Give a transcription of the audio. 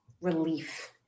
relief